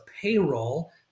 payroll